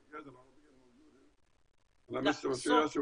(אומר דברים בשפה הערבית להלן התרגום החופשי) כן,